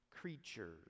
creatures